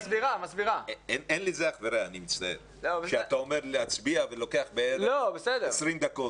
אין לזה אח ורע, שאתה אומר להצביע ולוקח 20 דקות.